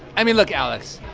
i mean, look, alex.